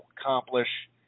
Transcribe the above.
accomplish